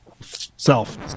self